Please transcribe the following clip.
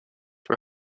for